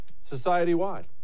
society-wide